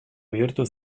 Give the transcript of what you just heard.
bihurtu